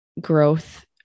growth